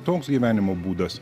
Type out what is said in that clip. toks gyvenimo būdas